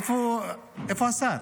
איפה השר?